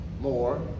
more